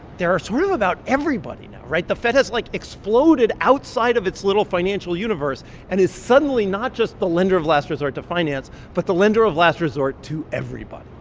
they're really ah sort of about everybody, right? the fed has, like, exploded outside of its little financial universe and is suddenly not just the lender of last resort to finance but the lender of last resort to everybody.